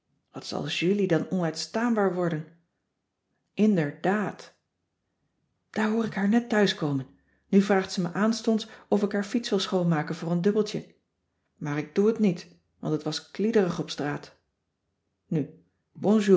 wat zal julie dan onuitstaanbaar worden inderdaad daar hoor ik haar net thuiskomen nu vraagt ze me aanstonds of ik haar fiets wil schoonmaken voor een dubbeltje maar ik doe t niet want het was kliederig op straat nu